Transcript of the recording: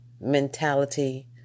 mentality